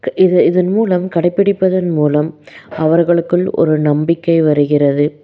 இதன் இதன் மூலம் கடைப்பிடிப்பதன் மூலம் அவர்களுக்குள் ஒரு நம்பிக்கை வருகிறது